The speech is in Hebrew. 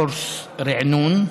וקורס ריענון,